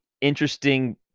interesting